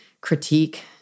critique